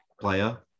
player